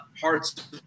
parts